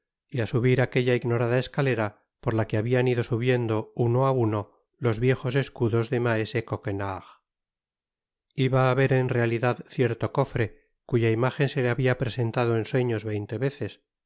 y á subir aquella ignorada escalera por la que habian ido subiendo uno á uno los viejos escudos de maese coquenard iba á ver en realidad cierlo cofre cuya imajen se le habia presentado en sueños veinte veces